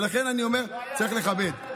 לכן אני אומר, צריך לכבד.